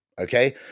okay